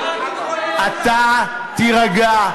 הכול פה מצולם, מה הבעיה שלך?